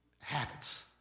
habits